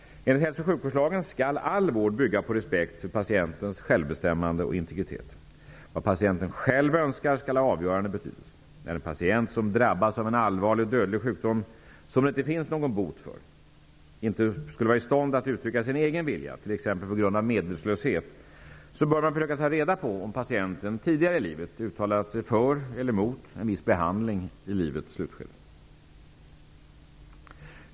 Enligt hälso och sjukvårdslagen skall all vård bygga på respekt för patientens självbestämmande och integritet. Vad patienten själv önskar skall ha avgörande betydelse. När en patient som drabbats av en allvarlig och dödlig sjukdom, som det inte finns någon bot för, inte är i stånd att uttrycka sin egen vilja t.ex. på grund av medvetslöshet, bör man försöka ta reda på om patienten tidigare i livet uttalat sig för eller emot en viss behandling i livets slutskede.